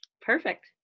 Perfect